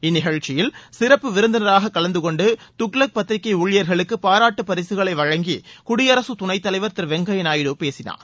இந்நிகழ்ச்சியில் சிறப்பு விருந்தினராக கலந்து கொண்டு துக்ளக் பத்திரிகை ஊழியர்களுக்கு பாராட்டு பரிசுகளை வழங்கி குடியரசு துணைத் தலைவர் திரு வெங்கைய நாயுடு பேசினார்